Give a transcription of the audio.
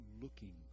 looking